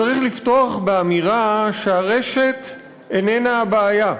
צריך לפתוח באמירה שהרשת איננה הבעיה,